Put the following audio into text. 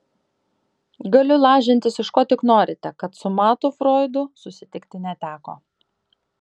galiu lažintis iš ko tik norite kad su matu froidui susitikti neteko